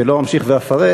ולא אמשיך ואפרט,